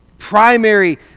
primary